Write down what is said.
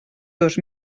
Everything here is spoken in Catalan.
dos